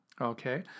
Okay